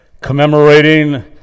commemorating